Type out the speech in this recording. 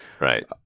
Right